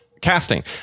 casting